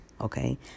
okay